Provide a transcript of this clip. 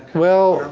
well,